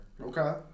Okay